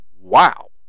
Wow